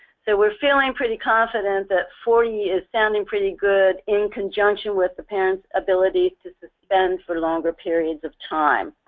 so we're feeling pretty confident that forty yeah is sounding pretty good in conjunction with the parents' ability to suspend for longer periods of time.